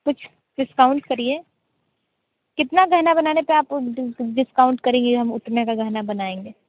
कुछ डिस्काउंट करिए कितना गहना बनाने पर आप डिस्काउंट करेंगी हम उतने का गहना बनाएंगे